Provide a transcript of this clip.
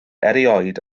erioed